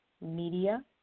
Media